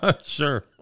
Sure